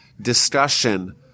discussion